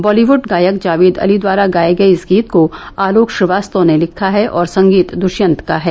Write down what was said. बॉलीवुड गायक जावेद अली द्वारा गाये गये इस गीत को आलोक श्रीवास्तव ने लिखा है और संगीत दूष्यंत का है